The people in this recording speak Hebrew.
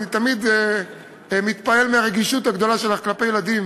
אני תמיד מתפעל מהרגישות הגדולה שלך כלפי ילדים